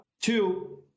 Two